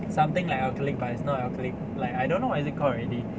something like acrylic but it's not acrylic like I don't know what is it called already